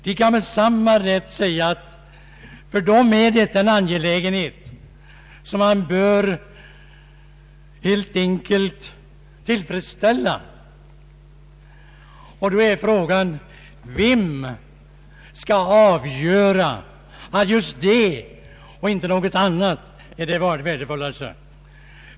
Alla kan med samma rätt säga att just deras behov bör tillfredsställas. Då är frågan: Vem skall avgöra att just det behovet och inte något annat är det viktigaste?